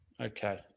Okay